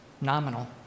nominal